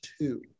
Two